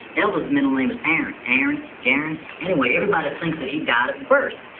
elvis' middle name is aron. aron, garon. anyway, everybody thinks ah he died at birth,